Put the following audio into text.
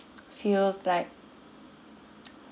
feels like